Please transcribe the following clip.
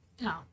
No